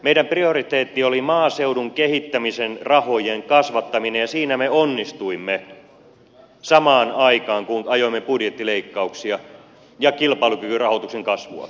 meidän prioriteettimme oli maaseudun kehittämisen rahojen kasvattaminen ja siinä me onnistuimme samaan aikaan kun ajoimme budjettileikkauksia ja kilpailukykyrahoituksen kasvua